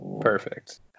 Perfect